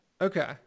Okay